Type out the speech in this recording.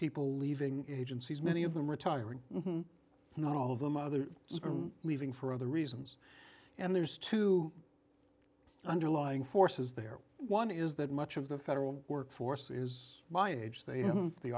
people leaving agencies many of them retiring not all of them other leaving for other reasons and there's two underlying forces there one is that much of the federal workforce is my age they him the